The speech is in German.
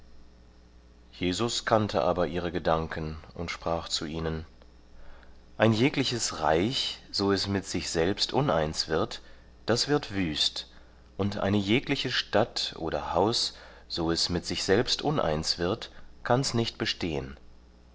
jesus kannte aber ihre gedanken und sprach zu ihnen ein jegliches reich so es mit sich selbst uneins wird das wird wüst und eine jegliche stadt oder haus so es mit sich selbst uneins wird kann's nicht bestehen